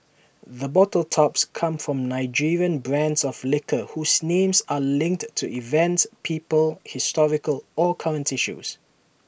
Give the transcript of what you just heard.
the bottle tops come from Nigerian brands of liquor whose names are linked to events people historical or current issues